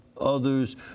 others